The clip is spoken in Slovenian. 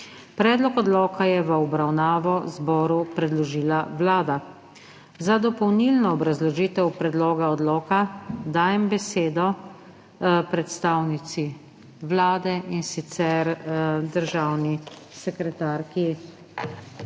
Predlog zakona je v obravnavo zboru predložila Vlada. Za dopolnilno obrazložitev predloga zakona dajem besedo predstavnici Vlade državni sekretarki